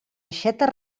aixetes